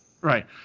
Right